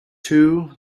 two